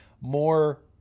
more